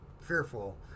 fearful